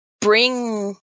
bring